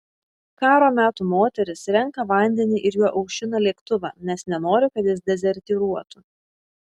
karo metų moteris renka vandenį ir juo aušina lėktuvą nes nenori kad jis dezertyruotų